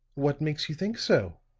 what makes you think so?